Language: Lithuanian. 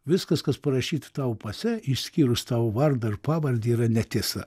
viskas kas parašyta tau pase išskyrus tavo vardą ir pavardę yra netiesa